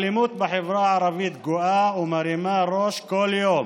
האלימות בחברה הערבית גואה ומרימה ראש כל יום.